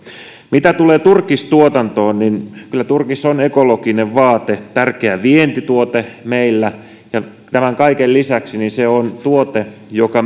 mitä tulee turkistuotantoon niin kyllä turkis on ekologinen vaate tärkeä vientituote meillä tämän kaiken lisäksi se on tuote joka